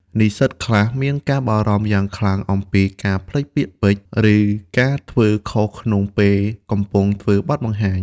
និស្សិតខ្លះមានការបារម្ភយ៉ាងខ្លាំងអំពីការភ្លេចពាក្យពេចន៍ ឬការធ្វើខុសក្នុងពេលកំពុងធ្វើបទបង្ហាញ។